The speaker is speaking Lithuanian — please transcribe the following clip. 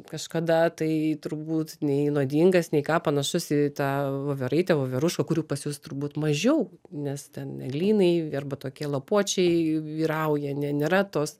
kažkada tai turbūt nei nuodingas nei ką panašus į tą voveraitę voverušką kurių pas juos turbūt mažiau nes ten eglynai arba tokie lapuočiai vyrauja ne nėra tos